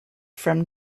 from